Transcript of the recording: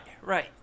right